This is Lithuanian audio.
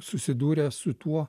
susidūręs su tuo